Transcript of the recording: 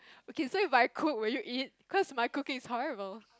okay so if I cook will you eat cause my cooking is horrible